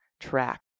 track